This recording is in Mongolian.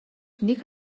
нэг